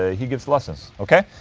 ah he gives lessons, ok?